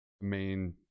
main